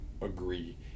agree